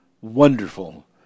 wonderful